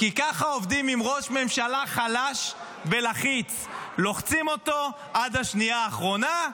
כי ככה עובדים עם ראש ממשלה חלש ולחיץ: לוחצים אותו עד השנייה האחרונה,